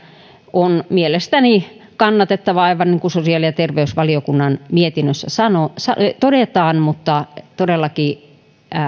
on mielestäni kannatettava aivan niin kuin sosiaali ja terveysvaliokunnan mietinnössä todetaan mutta todellakin